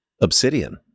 obsidian